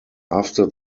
after